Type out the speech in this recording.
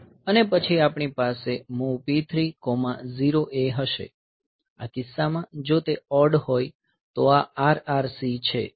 અને પછી આપણી પાસે MOV P30A હશે આ કિસ્સામાં જો તે ઓડ હોય તો આ RRC છે